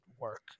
work